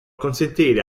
consentire